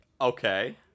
Okay